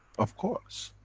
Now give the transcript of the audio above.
of course.